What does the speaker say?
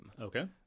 Okay